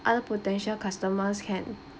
other potential customers can